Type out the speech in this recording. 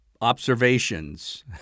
observations